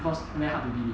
cause very hard to bid it